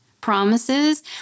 promises